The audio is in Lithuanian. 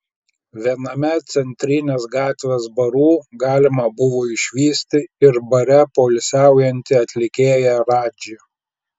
viename centrinės gatvės barų galima buvo išvysti ir bare poilsiaujantį atlikėją radžį